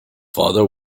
father